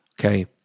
Okay